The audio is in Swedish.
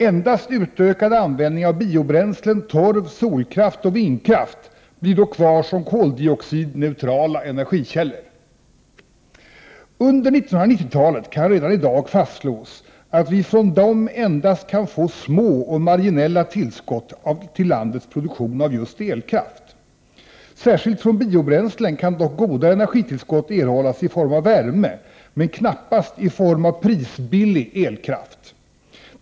Endast utökad användning av biobränslen, torv, solkraft och vindkraft blir då kvar som koldioxidneutrala energikällor! Under 1990-talet kan vi — det kan redan i dag fastslås — från dem få endast små och marginella tillskott till landets produktion av elkraft. Särskilt från biobränslen kan dock goda energitillskott erhållas i form av värme, men knappast i form av prisbillig elkraft.